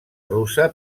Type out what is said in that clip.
russa